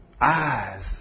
eyes